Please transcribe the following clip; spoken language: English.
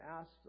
asked